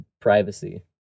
privacy